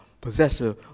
possessor